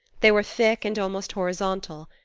they were thick and almost horizontal,